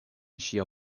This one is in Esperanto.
ŝia